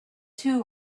two